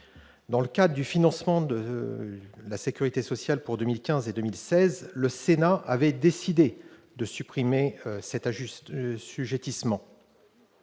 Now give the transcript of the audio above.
des lois de financement de la sécurité sociale pour 2015 et 2016, le Sénat avait décidé de supprimer cet assujettissement.